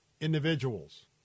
individuals